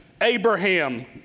Abraham